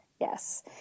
Yes